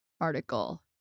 article